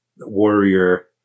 warrior